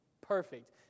perfect